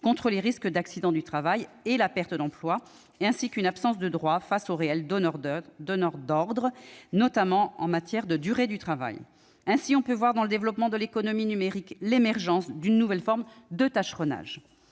contre les risques d'accident du travail et de perte d'emploi, et par une absence de droits face au réel donneur d'ordres, notamment en matière de durée du travail. Ainsi, on peut voir dans le développement de l'économie numérique l'émergence d'une nouvelle forme de tâcheronnage.